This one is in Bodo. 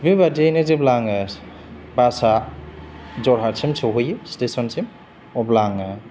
बे बादियैनो जेब्ला आङो बासआ जरहातसिम सौहैयो स्थेसनसिम अब्ला आङो